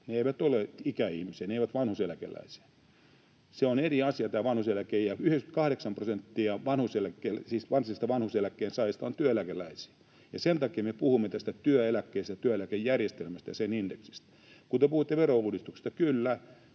eivät ikäihmisiä, eivät vanhuuseläkeläisiä. Se on eri asia tämä vanhuuseläke. 98 prosenttia varsinaisista vanhuuseläkkeen saajista on työeläkeläisiä, ja sen takia me puhumme tästä työeläkkeestä, työeläkejärjestelmästä ja sen indeksistä. Kun te puhutte verouudistuksesta, niin